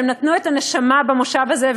שנתנו את הנשמה במושב הזה,